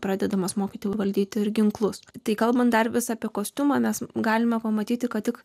pradedamas mokyti valdyti ir ginklus tai kalbant dar vis apie kostiumą nes galima pamatyti kad tik